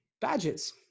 badges